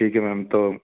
ठीक है मैम तो